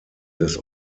des